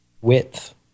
Width